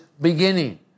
beginning